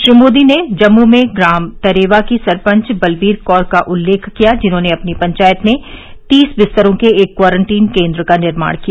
श्री मोदी ने जम्मू में ग्राम तरेवा की सरपंच बलबीर कौर का उल्लेख किया जिन्होंने अपनी पंचायत में तीस बिस्तरों के एक क्वारंटीन केन्द्र का निर्माण किया